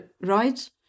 right